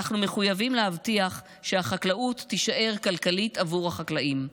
אנחנו מחויבים להבטיח שהחקלאות תישאר כלכלית עבור החקלאים.